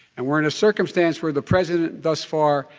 and we're in a circumstance where the president, thus far,